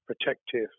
protective